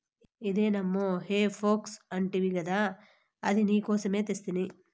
ఇదే నమ్మా హే ఫోర్క్ అంటివి గదా అది నీకోసమే తెస్తిని